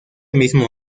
mismo